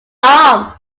arm